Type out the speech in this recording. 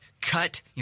cut